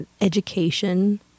education